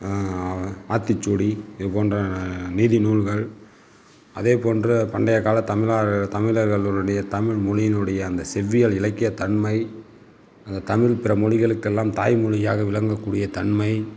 ஆத்திச்சூடி இது போன்ற நீதி நூல்கள் அதே போன்று பண்டையக் கால தமிழர்கள் தமிழர்களுடைய தமிழ்மொழியினுடைய அந்த செவ்வியல் இலக்கிய தன்மை அந்த தமிழ் பிற மொழிகளுக்கெல்லாம் தாய்மொழியாக விளங்கக்கூடிய தன்மை